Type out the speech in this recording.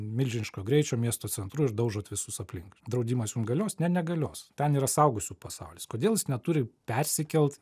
milžiniško greičio miesto centru ir daužot visus aplink draudimas jum galios ne negalios ten yra suaugusių pasaulis kodėl jis neturi persikelt